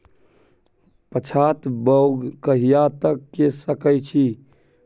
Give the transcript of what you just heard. पछात बौग कहिया तक के सकै छी?